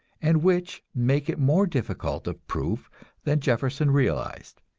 and which make it more difficult of proof than jefferson realized.